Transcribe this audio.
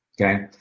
Okay